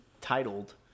titled